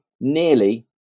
nearly